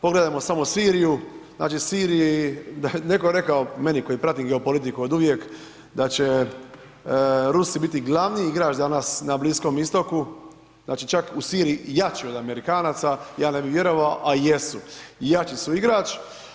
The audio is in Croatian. Pogledajmo samo Siriju, znači, Siriji, da je netko rekao meni koji pratim geopolitiku od uvijek, da će Rusi biti glavni igrač danas na Bliskom Istoku, znači, čak u Siriji jači od Amerikanaca, ja ne bi vjerovao, a jesu i jači su igrač.